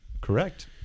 Correct